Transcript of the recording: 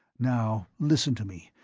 now listen to me,